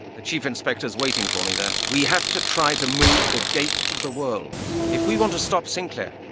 the chief inspector's waiting for me there. halligan we have to try to move the gate of the worlds. if we want to stop sinclair,